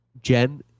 Jen